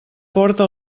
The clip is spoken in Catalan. porta